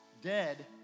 dead